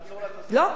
לא, אני מחכה לשר.